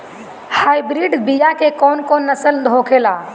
Hybrid बीया के कौन कौन नस्ल होखेला?